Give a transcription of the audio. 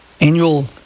annual